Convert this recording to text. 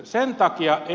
sen takia e